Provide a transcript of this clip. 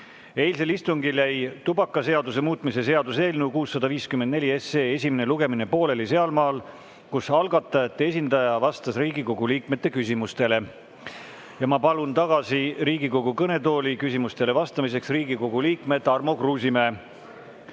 Eilsel istungil jäi tubakaseaduse muutmise seaduse eelnõu 654 esimene lugemine pooleli sealmaal, kus algatajate esindaja vastas Riigikogu liikmete küsimustele. Ma palun tagasi Riigikogu kõnetooli küsimustele vastamiseks Riigikogu liikme Tarmo Kruusimäe.